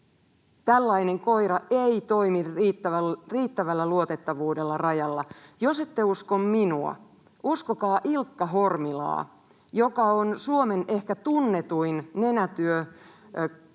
Tällainen koira ei toimi riittävällä luotettavuudella rajalla. Jos ette usko minua, uskokaa Ilkka Hormilaa, joka on Suomen ehkä tunnetuin koirien